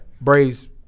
Braves